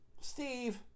Steve